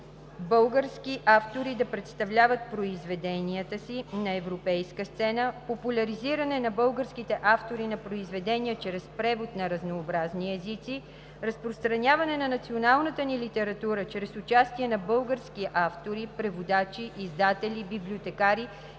български автори да представят произведенията си на европейска сцена; популяризиране на българските автори и произведения чрез превод на разнообразни езици; разпространяване на националната ни литература чрез участие на български автори, преводачи, издатели, библиотекари